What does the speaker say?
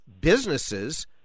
businesses